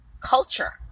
culture